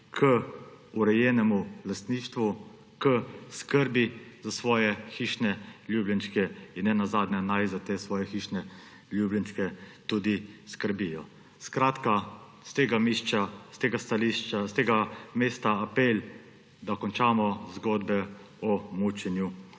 k urejenemu lastništvu, k skrbi za svoje hišne ljubljenčke in ne nazadnje naj za te svoje hišne ljubljenčke tudi skrbijo. S tega mesta, s tega stališča apel, da končamo zgodbe o mučenju